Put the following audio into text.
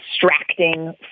distracting